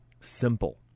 Simple